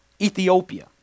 Ethiopia